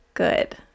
good